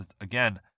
again